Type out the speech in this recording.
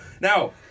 Now